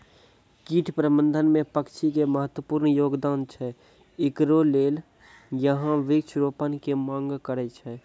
कीट प्रबंधन मे पक्षी के महत्वपूर्ण योगदान छैय, इकरे लेली यहाँ वृक्ष रोपण के मांग करेय छैय?